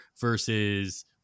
versus